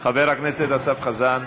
חבר הכנסת אסף חזן?